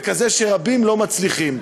וכזה שלא מצליחים.